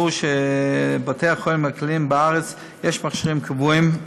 ברור שלבתי החולים הכלליים בארץ יש מכשירים קבועים,